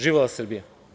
Živela Srbija.